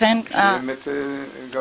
לכן --- שיהיה באמת גם